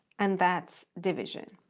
and that's division.